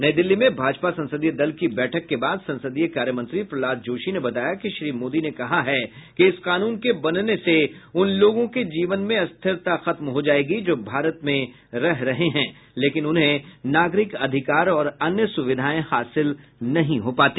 नई दिल्ली में भाजपा संसदीय दल की बैठक के बाद संसदीय कार्यमंत्री प्रहलाद जोशी ने बताया कि श्री मोदी ने कहा है कि इस कानून के बनने से उन लोगों के जीवन में अस्थिरता खत्म हो जायेगी जो भारत में रह रहे हैं लेकिन उन्हें नागरिक अधिकार और अन्य सुविधाएं हासिल नहीं हो पाती